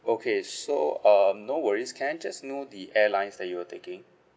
okay so um no worries can I just know the airlines that you were taking